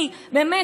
באמת,